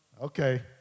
Okay